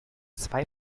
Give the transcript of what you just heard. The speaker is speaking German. zwei